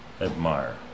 admire